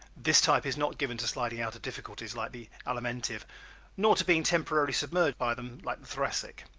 this type is not given to sliding out of difficulties like the alimentive nor to being temporarily submerged by them like the thoracic.